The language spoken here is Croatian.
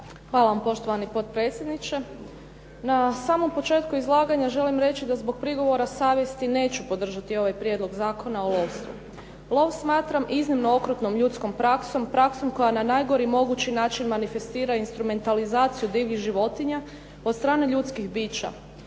Hvala. Poštovani potpredsjedniče. Na samom početku izlaganja želim reći da zbog prigovora savjesti neću podržati ovaj Prijedlog zakona o lovstvu. Lov smatram iznimno okrutnom ljudskom praksom, praksom koja na najgori mogući način manifestira instrumentalizaciju divljih životinja od strane ljudskih bića.